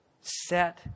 set